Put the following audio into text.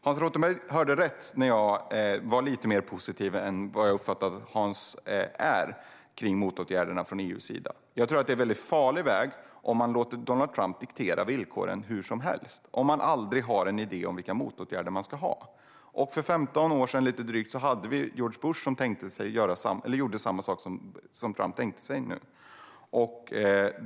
Hans Rothenberg hörde rätt när han uppfattade mig som lite mer positiv än jag uppfattar att han är när det gäller motåtgärderna från EU:s sida. Jag tror att det är en farlig väg att låta Donald Trump diktera villkoren hur som helst och aldrig ha en idé om vilka motåtgärder man ska vidta. För lite drygt 15 år sedan gjorde George Bush samma sak som Trump tänker sig nu.